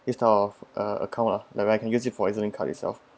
instead of a account uh that I can use it for ezlink card itself